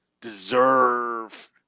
deserve